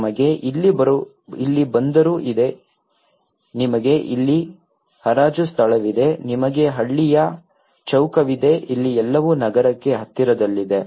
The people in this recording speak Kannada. ನಮಗೆ ಇಲ್ಲಿ ಬಂದರು ಇದೆ ನಿಮಗೆ ಇಲ್ಲಿ ಹರಾಜು ಸ್ಥಳವಿದೆ ನಿಮಗೆ ಹಳ್ಳಿಯ ಚೌಕವಿದೆ ಇಲ್ಲಿ ಎಲ್ಲವೂ ನಗರಕ್ಕೆ ಹತ್ತಿರದಲ್ಲಿದೆ